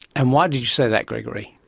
and why did you say that, gregory?